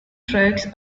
tracks